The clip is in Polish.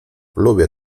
lubię